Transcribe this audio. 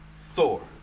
Thor